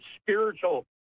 spiritual